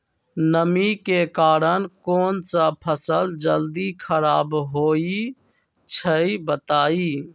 नमी के कारन कौन स फसल जल्दी खराब होई छई बताई?